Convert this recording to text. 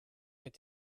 mit